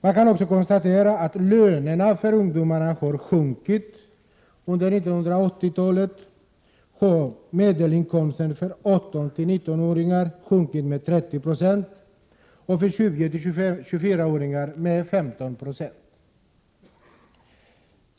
Man kan också konstatera att lönerna för ungdomarna har sjunkit. Under 1980-talet har medelinkomsten för 18-19-åringar sjunkit med 30 96 och för 20-24-åringar med 15 96.